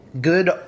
good